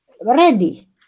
ready